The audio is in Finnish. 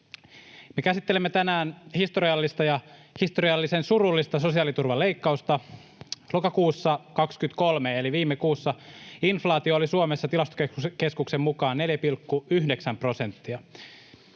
historiallista ja historiallisen surullista sosiaaliturvaleikkausta. Lokakuussa 23 eli toissa kuussa inflaatio oli Suomessa Tilastokeskuksen mukaan 4,9 prosenttia.